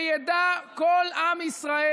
וידע כל עם ישראל,